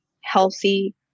healthy